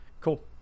Cool